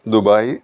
Dubai